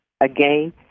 Again